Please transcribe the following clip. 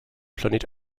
planet